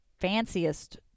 fanciest